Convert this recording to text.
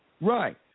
Right